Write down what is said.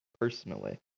personally